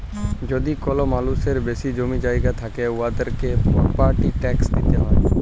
যদি কল মালুসের বেশি জমি জায়গা থ্যাকে উয়াদেরকে পরপার্টি ট্যাকস দিতে হ্যয়